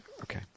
Okay